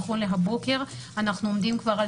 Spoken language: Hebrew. נכון לבוקר זה אנחנו עומדים כבר על